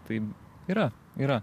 tai yra yra